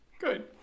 Good